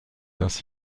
ainsi